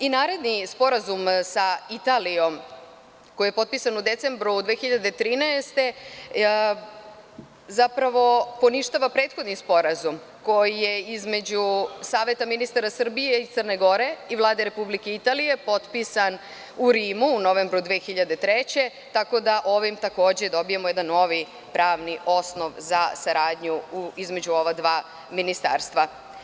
Naredni sporazum, sa Italijom koji je potpisan u decembru 2013. godine poništava prethodni sporazum koji je između Saveta ministara Srbije i Crne Gore i Vlade Republike Italije potpisan u Rimu u novembru 2003. godine, tako da ovim takođe dobijamo jedan novi pravni osnov za saradnju između ova dva ministarstva.